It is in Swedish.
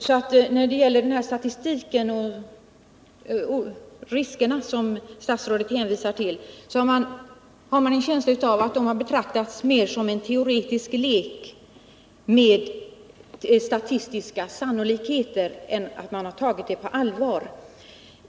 Så när det gäller dén statistik över riskerna som statsrådet hänvisar till har man en känsla av att den betraktats mer som en teoretisk lek med statistiska sannolikheter än som allvar.